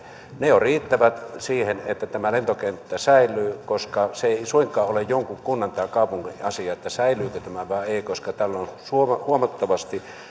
ne jo riittävät siihen että tämä lentokenttä säilyy koska se ei suinkaan ole jonkun kunnan tai kaupungin asia säilyykö tämä vai ei koska tällä on huomattavasti